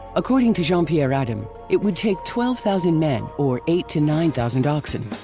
according to jean pierre adam, it would take twelve thousand men or eight to nine thousand oxen.